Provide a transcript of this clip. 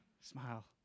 Smile